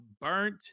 burnt